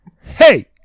Hey